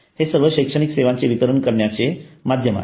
हे सर्व शैक्षणिक सेवांचे वितरण करण्याचे माध्यम आहेत